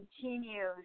continues